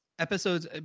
Episodes